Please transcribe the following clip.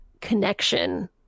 connection